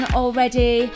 already